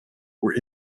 were